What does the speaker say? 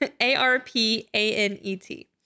A-R-P-A-N-E-T